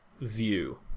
view